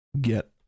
get